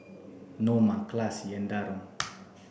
Noma Classie and Darron